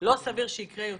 לא סביר שיקרה.